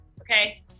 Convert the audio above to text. okay